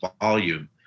volume